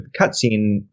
cutscene